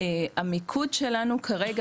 המיקוד שלנו כרגע,